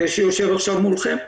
זה שיושב עכשיו מולכם.